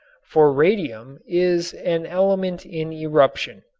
for radium is an element in eruption.